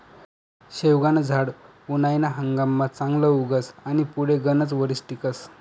शेवगानं झाड उनायाना हंगाममा चांगलं उगस आनी पुढे गनच वरीस टिकस